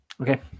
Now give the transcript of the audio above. Okay